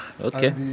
Okay